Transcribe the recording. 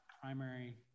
primary